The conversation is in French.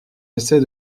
essaie